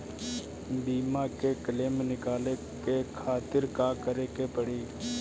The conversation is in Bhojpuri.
बीमा के क्लेम निकाले के खातिर का करे के पड़ी?